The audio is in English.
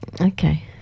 Okay